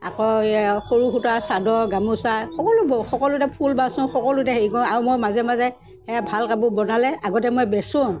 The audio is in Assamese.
আকৌ এইয়া সৰু সূতাৰ চাদৰ গামোচা সকলো বওঁ সকলোতে ফুল বাচোঁ সকলোতে হেৰি কৰোঁ আৰু মই মাজে মাজে সেয়া ভাল কাপোৰ বনালে আগতে মই বেচোঁ